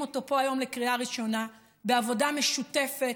אותו פה היום לקריאה ראשונה בעבודה משותפת,